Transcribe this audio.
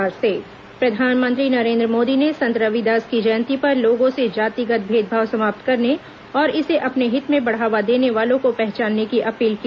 प्रधानमंत्री वाराणसी प्रधानमंत्री नरेन्द्र मोदी ने संत रविदास की जयन्ती पर लोगों से जातिगत भेदभाव समाप्त करने और इसे अपने हित में बढ़ावा देने वालों को पहचानने की अपील की